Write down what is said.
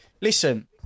Listen